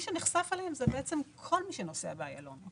שנחשף אליהם זה כל מי שנוסע באיילון.